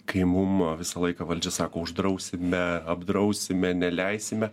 kai mum visą laiką valdžia sako uždrausime apdrausime neleisime